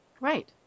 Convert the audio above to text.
Right